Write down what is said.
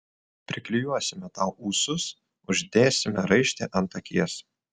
priklijuosime tau ūsus uždėsime raištį ant akies